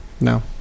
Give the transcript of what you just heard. No